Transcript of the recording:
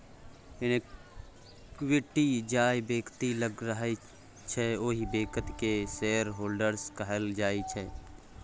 equity जाहि बेकती लग रहय छै ओहि बेकती केँ शेयरहोल्डर्स कहल जाइ छै